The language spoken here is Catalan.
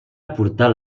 aportar